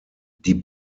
die